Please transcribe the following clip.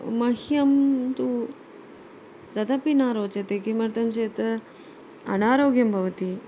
मह्यं तु तदपि न रोचते किमर्थं चेत् अनारोग्यं भवति